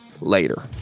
later